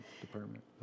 department